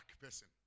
person